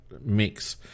mix